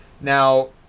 Now